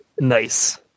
Nice